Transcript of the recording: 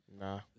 Nah